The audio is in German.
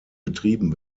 betrieben